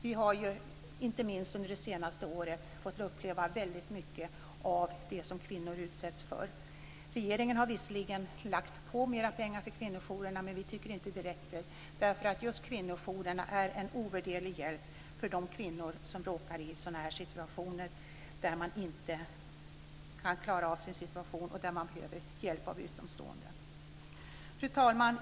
Vi har inte minst under det senaste året fått uppleva väldigt mycket av det som kvinnor utsätts för. Regeringen har visserligen lagt på mera pengar till kvinnojourerna, men vi tycker att det inte räcker. Just kvinnojourerna är en ovärderlig hjälp för de kvinnor som råkar i situationer där man inte kan klara av sin situation utan behöver hjälp av utomstående. Fru talman!